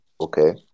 Okay